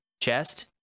chest